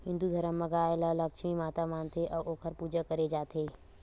हिंदू धरम म गाय ल लक्छमी माता मानथे अउ ओखर पूजा करे जाथे